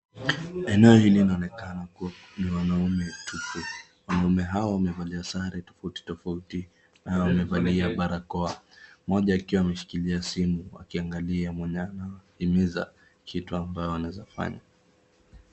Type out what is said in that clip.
wanaoonekana wamekaa hapo ni wanaume tupu ,wanaume hao wamevalia sare tofauti tofauti na wamevalia barakoa mmoja akiwa ameshika simu akiangalia mwenye anawahimiza kitu ambayo wanaeza fanya